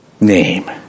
name